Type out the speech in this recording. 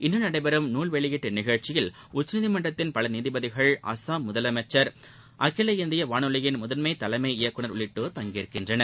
இன்று நடைபெறும் நூல் வெளியீட்டு நிகழச்சியில் உச்சநீதிமன்றத்தின் பல நீதிபதிகள் அசாம் முதலமைச்சர் அகில இந்திய வானொலியின் முதன்மை தலைமை இயக்குநர் உள்ளிட்டோர் பங்கேற்கின்றனர்